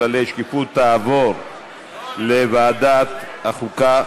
כללי שקיפות) תעבור לוועדת החוקה,